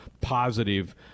positive